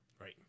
Right